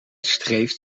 streeft